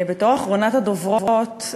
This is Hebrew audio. בתור אחרונת הדוברות,